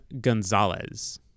gonzalez